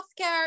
healthcare